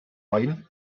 oen